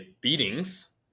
beatings